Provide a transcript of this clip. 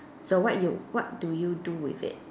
so what you what do you do with it